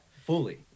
Fully